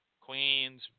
queens